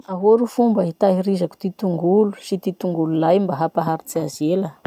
Ahoa ro fomba hitahirizako ty tongolo sy ty tongolo lay mba hampaharitsy azy ela?